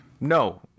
No